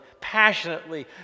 passionately